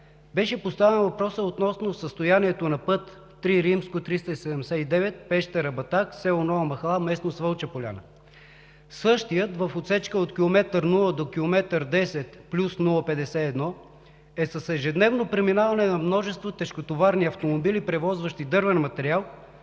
беше поставен въпросът относно състоянието на път III-379 (Пещера – Батак) село Нова махала – местност Вълча поляна. Същият в отсечката от км 0 до км 10+051 е с ежедневно преминаване на множество тежкотоварни автомобили, превозващи дървен материал,